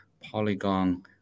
Polygon